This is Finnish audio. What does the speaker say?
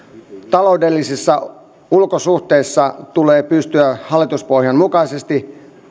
taloudellisissa ulkosuhteissa tulee pystyä hallituspohjan mukaisesti